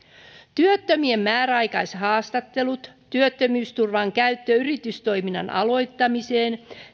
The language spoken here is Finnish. työttömien määräaikaishaastattelut sekä työttömyysturvan käyttö yritystoiminnan aloittamiseen